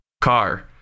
car